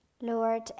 Lord